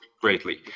greatly